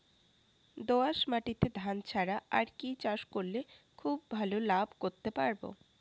দোয়াস মাটিতে ধান ছাড়া আর কি চাষ করলে খুব ভাল লাভ করতে পারব?